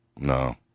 No